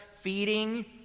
feeding